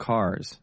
Cars